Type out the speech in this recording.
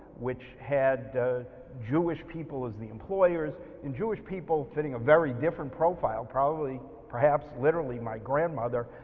which had jewish people as the employers and jewish people fitting a very different profile probably perhaps literally my grandmother